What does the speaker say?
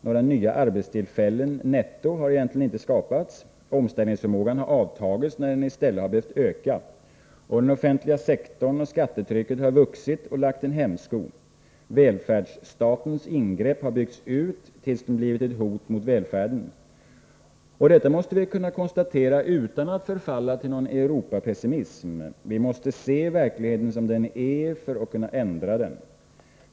Några nya arbetstillfällen netto har egentligen inte skapats. Omställningsförmågan har avtagit när den i stället hade behövt öka. Den offentliga sektorn och skattetrycket har vuxit och lagt en hämsko. Välfärdsstatens ingrepp har byggts ut tills de blivit ett hot mot välfärden. Detta måste vi kunna konstatera utan att förfalla till någon Europapessimism. Vi måste se verkligheten som den är för att kunna ändra den.